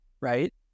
right